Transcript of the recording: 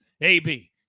AB